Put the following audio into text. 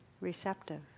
receptive